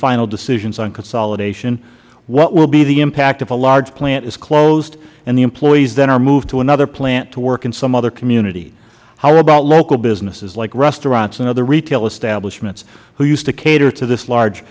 final decisions on consolidation what will be the impact if a large plant is closed and the employees then are moved to another plant to work in some other community how about local businesses like restaurants and other retail establishments who used to cater to this large